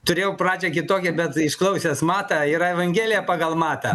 turėjau pradžią kitokią bet išklausęs matą yra evangelija pagal matą